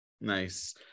Nice